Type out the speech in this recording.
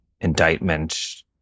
indictment